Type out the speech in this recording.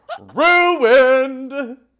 Ruined